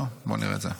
נראה את זה,